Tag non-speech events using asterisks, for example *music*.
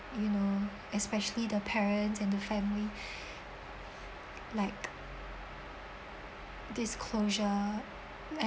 you know especially the parent and the family *breath* like this closure